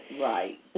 Right